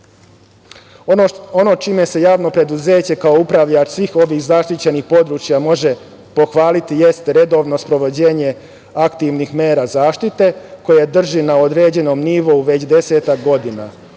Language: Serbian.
čime se javno preduzeće kao upravljač svih ovih zaštićenih područja može pohvaliti jeste redovno sprovođenje aktivnih mera zaštite koje drži na određenom nivou već desetak godina.